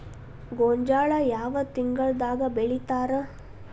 ಗೋಂಜಾಳ ಯಾವ ತಿಂಗಳದಾಗ್ ಬೆಳಿತಾರ?